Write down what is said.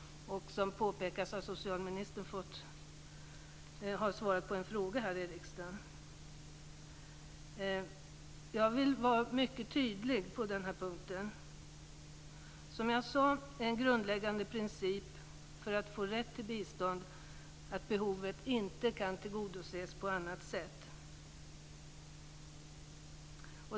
En fråga om detta har också besvarats av socialministern här i riksdagen. Jag vill vara mycket tydlig på denna punkt. Som jag sade är en grundläggande princip för att få rätt till bistånd att behovet inte kan tillgodoses på annat sätt.